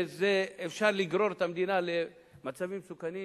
ואפשר לגרור את המדינה למצבים מסוכנים,